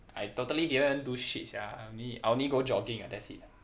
I totally didn't do shit sia I only I only go jogging ah that's it